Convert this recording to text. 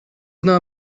not